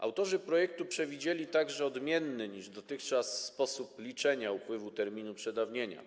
Autorzy projektu przewidzieli także odmienny niż dotychczas sposób liczenia upływu terminu przedawnienia.